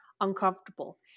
uncomfortable